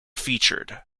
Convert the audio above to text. featured